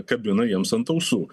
kabina jiems ant ausų